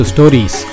Stories